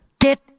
Get